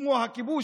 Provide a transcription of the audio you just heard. כמו הכיבוש,